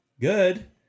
Good